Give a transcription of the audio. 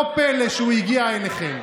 לא פלא שהוא הגיע אליכם.